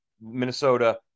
Minnesota